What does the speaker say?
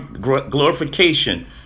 glorification